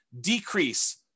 decrease